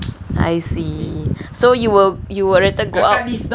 I see so you will you will rather go out